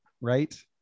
right